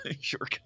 Sure